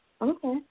Okay